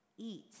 eat